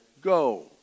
go